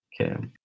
okay